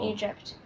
Egypt